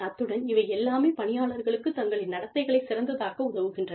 அத்துடன் இவை எல்லாமே பணியாளர்களுக்கு தங்களின் நடத்தைகளைச் சிறந்ததாக்க உதவுகின்றன